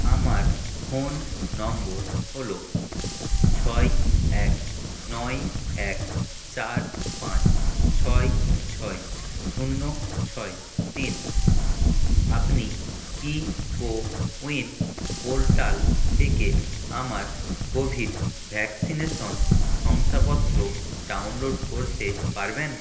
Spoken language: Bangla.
আমার ফোন নম্বর হলো ছয় এক নয় এক চার পাঁচ ছয় ছয় শূন্য ছয় তিন আপনি কি কোউইন পোর্টাল থেকে আমার কোভিড ভ্যাক্সিনেশন শংসাপত্র ডাউনলোড করতে পারবেন